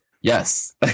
Yes